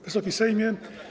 Wysoki Sejmie!